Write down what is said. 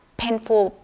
painful